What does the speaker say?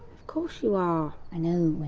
of course you are! i know we're